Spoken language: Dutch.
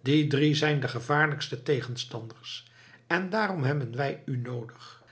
die drie zijn de gevaarlijkste tegenstanders en daarom hebben wij u noodig